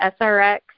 SRX